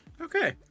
okay